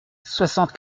soixante